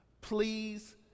Please